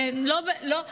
תודה רבה.